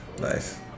Nice